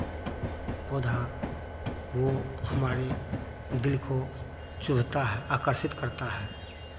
पौधा वो हमारे दिल को चुभता है आकर्षित करता है